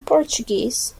portuguese